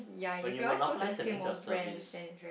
when you monopolize that's mean your service